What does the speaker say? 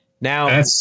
Now